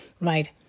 right